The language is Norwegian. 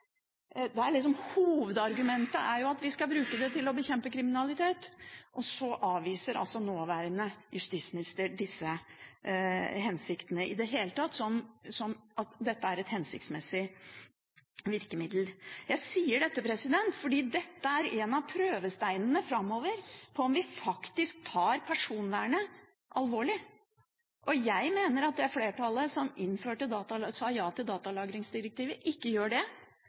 Hovedargumentet er liksom at vi skal bruke det til å bekjempe kriminalitet, og så avviser altså nåværende justisminister dette som et i det hele tatt hensiktsmessig virkemiddel. Jeg sier dette fordi det er en av prøvesteinene framover på om vi faktisk tar personvernet alvorlig. Jeg mener at det flertallet som sa ja til datalagrinsdirektivet, ikke gjør det.